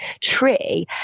tree